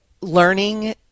learning